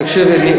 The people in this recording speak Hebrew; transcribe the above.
אתה יודע, תקשיבי.